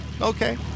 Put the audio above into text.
Okay